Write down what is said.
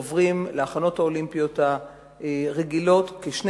עוברים להכנות האולימפיות הרגילות וכ-2